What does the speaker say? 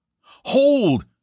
Hold